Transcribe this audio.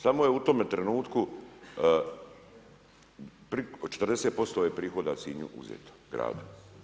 Samo je u tome trenutku 40% je prihoda Sinju uzeto gradu.